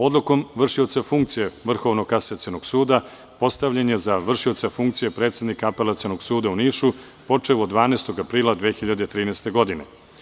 Odlukom vršioca funkcije VKS postavljen je za vršioca funkcije predsednika Apelacionog suda u Nišu, počev od 12. aprila 2013. godine.